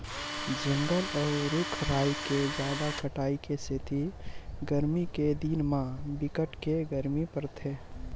जंगल अउ रूख राई के जादा कटाई के सेती गरमी के दिन म बिकट के गरमी परथे